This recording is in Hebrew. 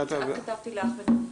כך כתבתי לאחמד טיבי.